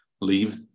leave